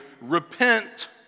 Repent